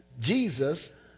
Jesus